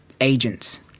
agents